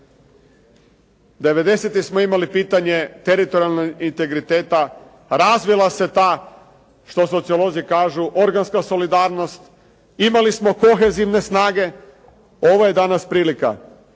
smo imali pitanje teritorijalnog integriteta. Razvila se ta što sociolozi kažu organska solidarnost. Imali smo kohezivne snage. Ovo je danas prilika